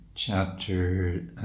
Chapter